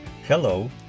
Hello